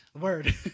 word